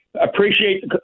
appreciate